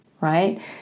right